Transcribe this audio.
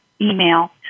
email